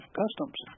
customs